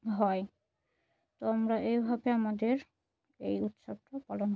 হয় তো আমরা এইভাবে আমাদের এই উৎসবটা পালন